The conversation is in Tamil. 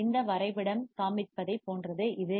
இந்த வரைபடம் கிராஃப் காண்பிப்பதைப் போன்றது இது